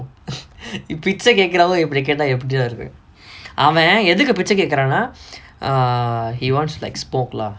இப் பிச்ச கேக்குரவங்க இப்புடி கேட்டா எப்புடிடா இருக்கு:ip picha kekkuravanga ippudi kettaa eppudidaa irukku அவ எதுக்கு பிச்ச கேக்குரானா:ava ethukku picha kekkurannaa err he wants like smoke lah